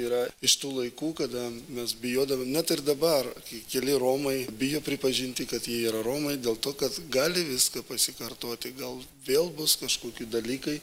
yra iš tų laikų kada mes bijodavom net ir dabar kai keli romai bijo pripažinti kad jie yra romai dėl to kad gali viską pasikartoti gal vėl bus kažkokie dalykai